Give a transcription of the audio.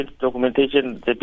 documentation